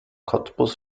cottbus